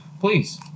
please